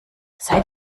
seid